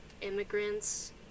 immigrants